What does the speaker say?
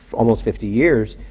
almost fifty years,